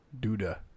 Duda